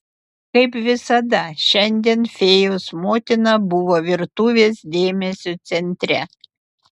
kaip visada šiandien fėjos motina buvo virtuvės dėmesio centre